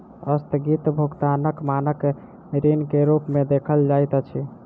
अस्थगित भुगतानक मानक ऋण के रूप में देखल जाइत अछि